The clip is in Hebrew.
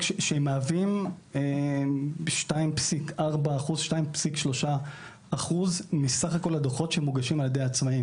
שמהווים 2.3% מסך הכול הדוחות שמוגשים על ידי עצמאיים.